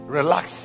relax